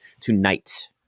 tonight